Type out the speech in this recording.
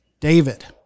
David